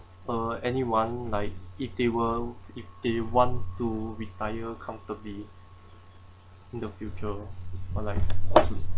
uh anyone like if they were if they want to retire comfortably in the future or like